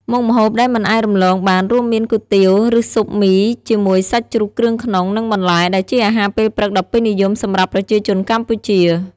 មុខម្ហូបដែលមិនអាចរំលងបានរួមមាន គុយទាវ ឬស៊ុបមីជាមួយសាច់ជ្រូកគ្រឿងក្នុង និងបន្លែ ដែលជាអាហារពេលព្រឹកដ៏ពេញនិយមសម្រាប់ប្រជាជនកម្ពុជា។